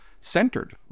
centered